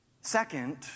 Second